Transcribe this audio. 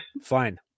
Fine